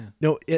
No